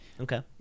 Okay